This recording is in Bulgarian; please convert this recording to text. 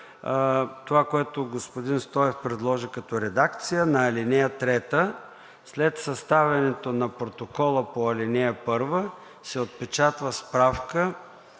това, което господин Стоев предложи като редакция на ал. 3: „След съставянето на протокола по ал. 1 се отпечатва справка